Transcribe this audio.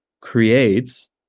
creates